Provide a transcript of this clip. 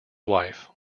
wife